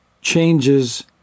changes